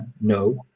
no